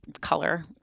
color